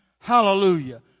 Hallelujah